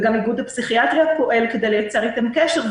וגם איגוד הפסיכיאטריה פועל כדי לייצר איתם קשר,